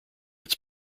its